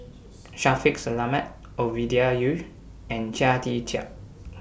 Shaffiq Selamat Ovidia Yu and Chia Tee Chiak